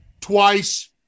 twice